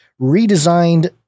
redesigned